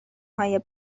های